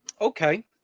Okay